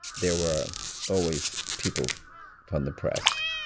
there were ah always people from the press.